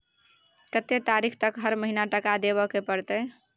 कत्ते तारीख तक हर महीना टका देबै के परतै?